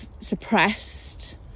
suppressed